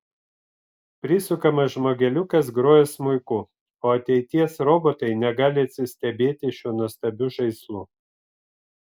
prisukamas žmogeliukas groja smuiku o ateities robotai negali atsistebėti šiuo nuostabiu žaislu